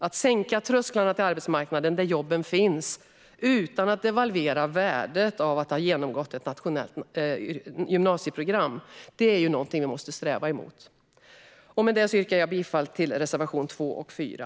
Att sänka trösklarna till arbetsmarknaden där jobben finns, utan att devalvera värdet av att ha genomgått ett nationellt gymnasieprogram, är något vi måste sträva mot. Med detta yrkar jag bifall till reservationerna 2 och 4.